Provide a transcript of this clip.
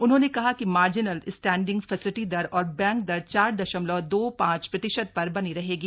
उन्होंने कहा कि मार्जिनल स्टेंडिंग फेसेलिटी दर और बैंक दर चार दशमलव दो पांच प्रतिशत पर बनी रहेगी